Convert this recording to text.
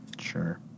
Sure